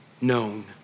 known